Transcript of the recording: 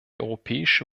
europäische